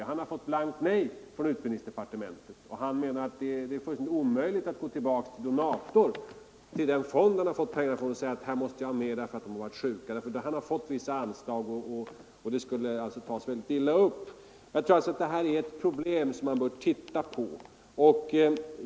Men han har fått blankt nej från utbildningsdepartementet. Han anser att det är fullkomligt omöjligt att gå tillbaka till den fond han fått pengarna ifrån och begära mera pengar med motiveringen att han betalt ut sjukersättningar; han har fått vissa anslag, och det skulle tas mycket illa upp. Detta är alltså ett problem som man bör titta på.